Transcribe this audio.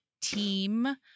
team